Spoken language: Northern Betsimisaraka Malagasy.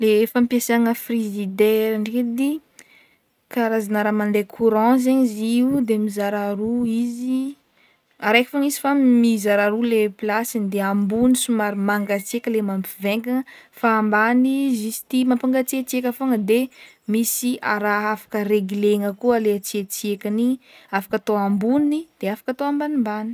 Le fampiasagna frizidera ndraiky edy karazana raha mandeha courant zaigny izy io de mizara roa izy, araiky fogna izy fa mizara roa iry, araiky fogna izy fa mizara roa le placeny de ambony somary mangatsiaka le mampivaingana, fa ambany juste i mampangatsiatsiaka fogna de misy araha afaka reglegna koa le tsiaisiakagny igny afaka atao ambony de afaka ambanimbany.